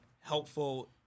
helpful